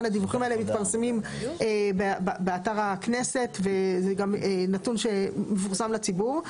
הדיווחים האלה מתפרסמים באתר הכנסת וזה גם נתון שמפורסם לציבור.